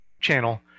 channel